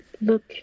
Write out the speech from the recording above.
Look